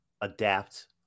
adapt